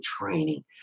training